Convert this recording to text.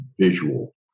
visual